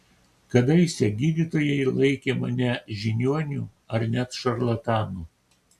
kadaise gydytojai laikė mane žiniuoniu ar net šarlatanu